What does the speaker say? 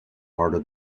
harder